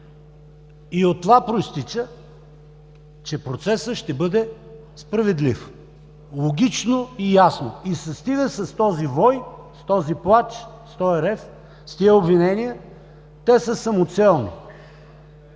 От това произтича, че процесът ще бъде справедлив. Логично и ясно. И стига с този вой, с този плач, с този рев, с тези обвинения – те са самоцелни,